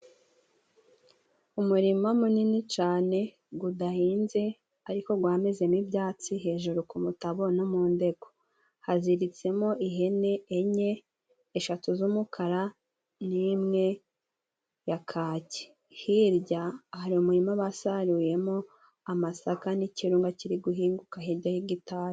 Umurima munini cyane udahinze ariko wamezemo ibyatsi hejuru ku mutabo no mu ndego haziritsemo ihene enye, eshatu z'umukara nimwe ya kaki hirya hari umurima basaruriyemo amasaka n'ikirunga kiri guhinguka hirya y'igitada.